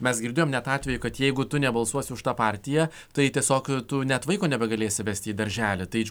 mes girdėjom net atvejų kad jeigu tu nebalsuosi už tą partiją tai tiesiog tu net vaiko nebegalėsi vesti į darželį tai